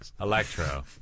Electro